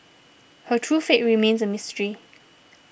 her true fate remains a mystery